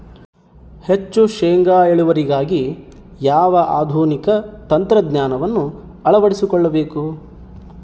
ಹೆಚ್ಚು ಶೇಂಗಾ ಇಳುವರಿಗಾಗಿ ಯಾವ ಆಧುನಿಕ ತಂತ್ರಜ್ಞಾನವನ್ನು ಅಳವಡಿಸಿಕೊಳ್ಳಬೇಕು?